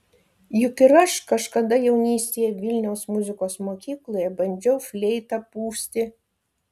juk ir aš kažkada jaunystėje vilniaus muzikos mokykloje bandžiau fleitą pūsti